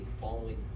following